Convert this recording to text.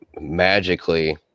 magically